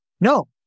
no